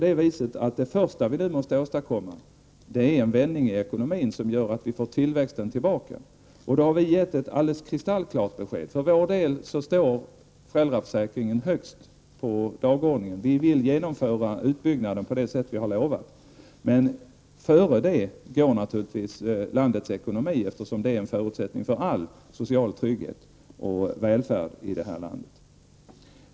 Det första vi nu måste åstadkomma är självfallet en vändning i ekonomin som gör att vi får tillväxten tillbaka. Vi har i detta sammanhang gett ett alldeles kristallklart besked. För vår del står föräldraförsäkringen högst på dagordningen. Vi vill genomföra utbyggnaden på det sätt vi har lovat. Men före det går naturligtvis landets ekonomi, eftersom den är en förutsättning för att all social trygghet och välfärd i det här landet.